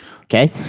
Okay